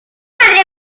saber